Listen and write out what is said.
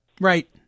Right